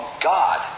God